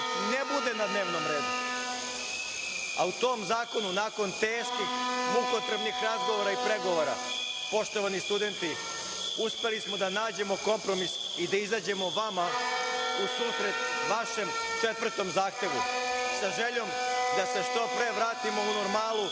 ne bude na dnevnom redu, a u tom zakonu nakon teških, mukotrpnih razgovora i pregovora. Poštovani studenti uspeli smo da nađemo kompromis i da izađemo vama u susret vašem četvrtom zahtevu sa željom da se što pre vratimo u normalu,